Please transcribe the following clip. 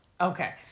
Okay